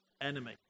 enemy